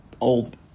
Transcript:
old